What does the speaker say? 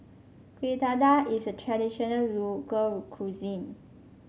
Kueh Dadar is a traditional local cuisine